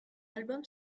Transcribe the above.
album